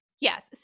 yes